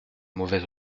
mauvaise